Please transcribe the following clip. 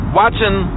watching